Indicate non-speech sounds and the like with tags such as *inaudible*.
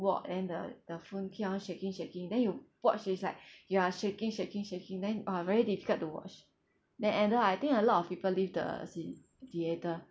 walk and then the the phone keep on shaking shaking then you watch it's like *breath* you are shaking shaking shaking then ah very difficult to watch then end up I think a lot of people leave the c~ theatre